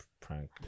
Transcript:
prank